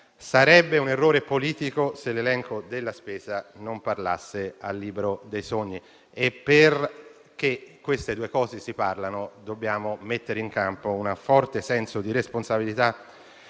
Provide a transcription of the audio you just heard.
Sarebbe un errore politico, se l'elenco della spesa non parlasse al libro dei sogni, e perché queste due realtà si parlino dobbiamo mettere in campo un forte senso di responsabilità